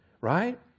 Right